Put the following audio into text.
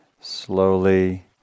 slowly